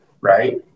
right